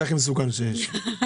זה הכי מסוכן שיש.